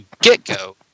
get-go